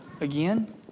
again